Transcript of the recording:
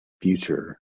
future